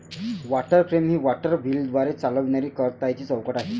water frame ही water व्हीलद्वारे चालविणारी कताईची चौकट आहे